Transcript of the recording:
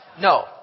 No